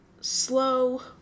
slow